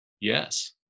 yes